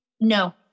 no